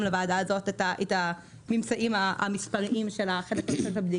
לוועדה הזאת את הממצאים המספריים של הבדיקה.